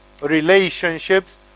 relationships